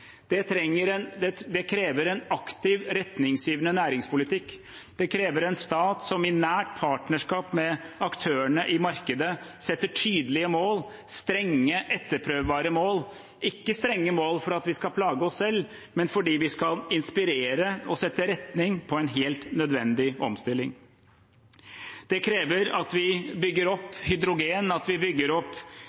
Det krever en aktiv, retningsgivende næringspolitikk. Det krever en stat som i nært partnerskap med aktørene i markedet setter tydelige mål, strenge etterprøvbare mål – ikke strenge mål for at vi skal plage oss selv, men fordi vi skal inspirere og sette retning på en helt nødvendig omstilling. Det krever at vi bygger opp hydrogen, at vi bygger opp